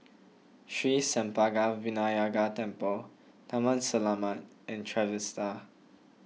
Sri Senpaga Vinayagar Temple Taman Selamat and Trevista